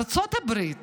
ארצות הברית